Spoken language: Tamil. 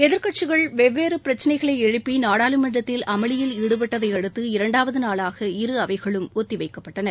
எதிர்க்கட்சிகள் வெவ்வேறு பிரச்சளைகளை எழுப்பி நாடாளுமன்றத்தில் அமளியில் ஈடுபட்டதையடுத்து இரண்டாவது நாளாக இரு அவைகளும் ஒத்தி வைக்கப்பட்டன